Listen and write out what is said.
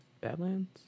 Badlands